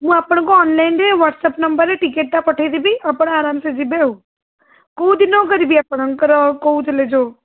ମୁଁ ଆପଣଙ୍କୁ ଅନଲାଇନ୍ରେ ହ୍ଵାଟ୍ସପ୍ ନମ୍ବର୍ରେ ଟିକେଟ୍ଟା ପଠାଇ ଦେବି ଆପଣ ଆରାମସେ ଯିବେ ଆଉ କେଉଁ ଦିନକୁ କରିବି ଆପଣଙ୍କର କହୁଥିଲେ ଯେଉଁ